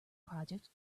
project